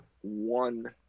one